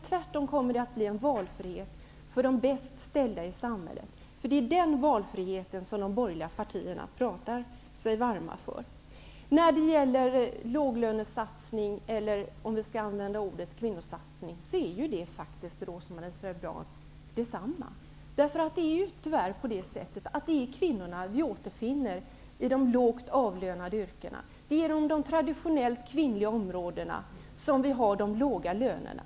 Tvärtom kommer det att bli en valfrihet för de bäst ställda i samhället. Det är den valfriheten som de borgerliga partierna talar sig varma för. Låglönesatsning är, Rose-Marie Frebran, detsamma som kvinnosatsning, om vi nu skall använda det ordet. Det är tyvärr så att det är kvinnorna som vi återfinner i de lågt avlönade yrkena. Det är inom de traditionellt kvinnliga områdena som vi har de låga lönerna.